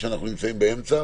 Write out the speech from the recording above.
אנחנו נמצאים באמצע,